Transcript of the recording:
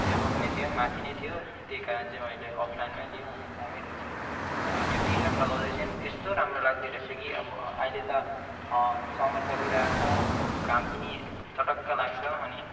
above नै थियो माथि नै थियो त्यही कारण चाहिँ मैले अफलाइनमै लिएँ अनि दामी रहेछ अनि त्यो टिसर्ट लगाउँदा चाहिँ यस्तो राम्रो लाग्दोरहेछ कि अब अहिले त समर चलिरहेको छ घाम पनि चटक्क लाग्छ अनि